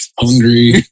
hungry